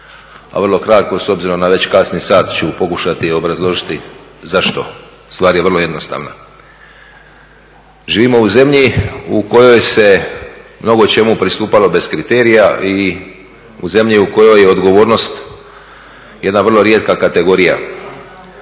a vrlo kratko s obzirom na već kasni sat ću pokušati obrazložiti zašto. Stvar je vrlo jednostavna. Živimo u zemlji u kojoj se mnogo čemu pristupalo bez kriterija i u zemlji u kojoj je odgovornost jedna vrlo rijetka kategorija.